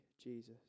Jesus